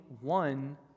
one